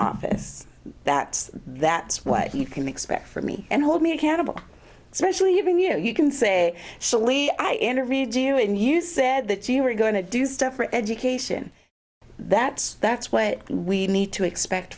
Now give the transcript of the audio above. office that that's what you can expect from me and hold me accountable especially even you you can say slowly i interviewed you and you said that you were going to do stuff for education that's that's what we need to expect